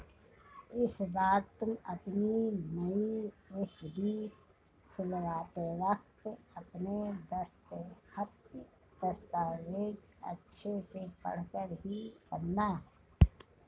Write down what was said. इस बार तुम अपनी नई एफ.डी खुलवाते वक्त अपने दस्तखत, दस्तावेज़ अच्छे से पढ़कर ही करना